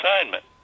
assignment